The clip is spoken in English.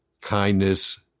kindness